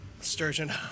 Sturgeon